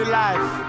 life